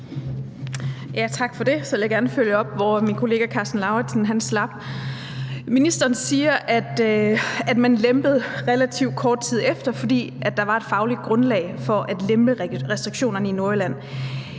min kollega Karsten Lauritzen slap. Ministeren siger, at man lempede relativt kort tid efter, fordi der var et fagligt grundlag for at lempe restriktionerne i Nordjylland.